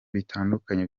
bitandukanye